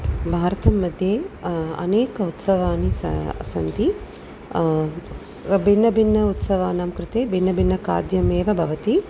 भारतं मध्य अनेके उत्सवानि सन्ति सन्ति भिन्न भिन्न उत्सवानां कृते भिन्न भिन्न खाद्यम् एवं भवति